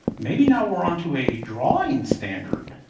maybe now we're on to a drawing standard.